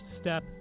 step